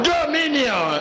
Dominion